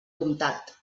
comtat